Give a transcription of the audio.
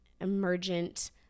emergent